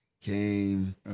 came